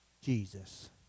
Jesus